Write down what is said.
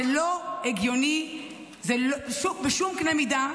זה לא הגיוני בשום קנה מידה.